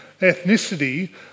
ethnicity